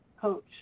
coach